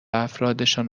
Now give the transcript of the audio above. افرادشان